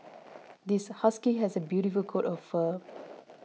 this husky has a beautiful coat of fur